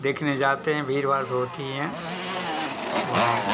देखने जाते हैं भीड़ भाड़ तो होती ही हैं वहाँ